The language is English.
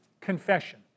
Confession